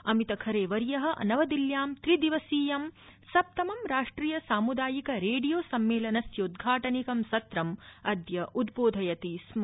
अमितखरे वर्य नवदिल्ल्यां त्रिदिवसीयम् सप्तमं राष्ट्रिय सामुदायिक रेडियो सम्मेलनस्योद्घाटनिकं सत्रमद्य समुद्रोधयति स्म